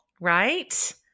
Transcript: right